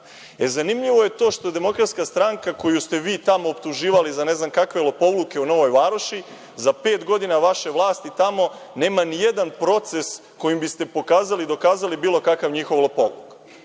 DS.Zanimljivo je to što DS koju ste vi tamo optuživali za ne znam kakve lopovluke u Novoj Varoši, za pet godina vaše vlasti tamo nema nijedan proces kojim biste pokazali i dokazali bilo kakav njihov lopovluk.